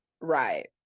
right